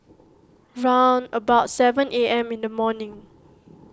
round about seven A M in the morning